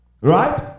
Right